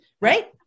right